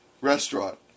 restaurant